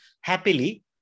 happily